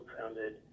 founded